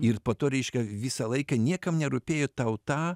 ir po to reiškia visą laiką niekam nerūpėjo tau ta